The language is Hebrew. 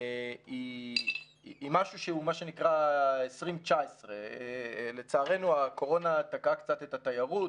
היא משהו שהוא מה שנקרא 2019. לצערנו הקורונה תקעה קצת את התיירות,